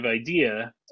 idea